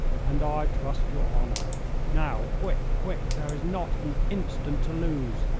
and i trust your honour. now, quick, quick, there is not an instant to lose!